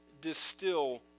distill